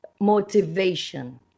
motivation